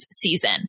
season